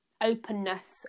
openness